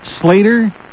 Slater